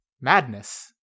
madness